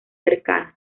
cercanos